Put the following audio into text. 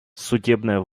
судебная